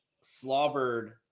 slobbered